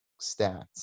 stats